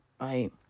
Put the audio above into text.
right